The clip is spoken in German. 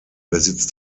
besitzt